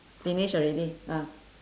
finish already ah